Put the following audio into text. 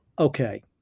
Okay